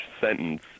sentence